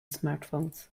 smartphones